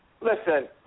Listen